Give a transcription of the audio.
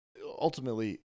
ultimately